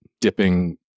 dipping